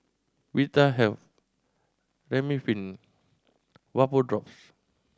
Vitahealth Remifemin Vapodrops